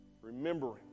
remembering